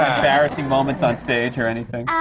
embarrassing moments on stage or anything?